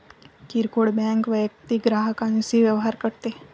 किरकोळ बँक वैयक्तिक ग्राहकांशी व्यवहार करते